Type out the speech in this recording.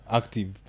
active